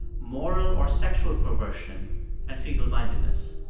moral or sexual perversion and feeblemindedness.